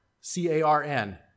C-A-R-N